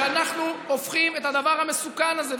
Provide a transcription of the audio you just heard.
כשאנחנו הופכים את הדבר המסוכן הזה,